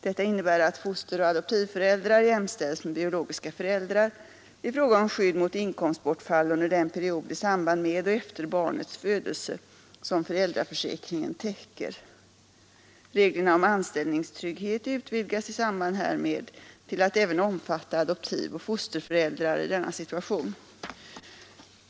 Detta innebär att fosteroch adoptivföräldrar jämställs med biologiska föräldrar i fråga om skydd mot inkomstbortfall under den period i samband med och efter barnets födelse som föräldraförsäkringen täcker. Reglerna om anställningstrygghet utvidgas i samband härmed till att även omfatta adoptivoch fosterföräldrar i denna situation.